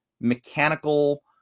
mechanical